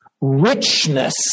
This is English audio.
richness